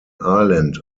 ireland